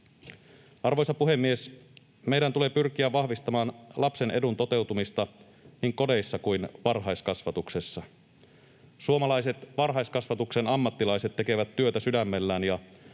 Arvoisa puhemies! Meidän tulee pyrkiä vahvistamaan lapsen edun toteutumista niin kodeissa kuin varhaiskasvatuksessa. Suomalaiset varhaiskasvatuksen ammattilaiset tekevät työtä sydämellään, ja